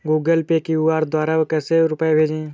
Google Pay QR द्वारा कैसे रूपए भेजें?